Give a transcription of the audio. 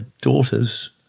daughter's